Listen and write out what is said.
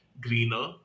greener